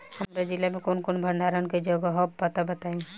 हमरा जिला मे कवन कवन भंडारन के जगहबा पता बताईं?